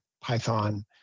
Python